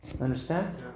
Understand